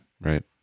right